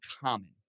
common